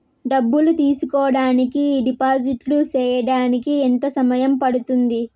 డబ్బులు తీసుకోడానికి డిపాజిట్లు సేయడానికి ఎంత సమయం పడ్తుంది